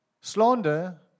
Slander